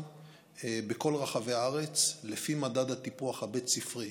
בכל רחבי הארץ לפי מדד הטיפוח הבית ספרי,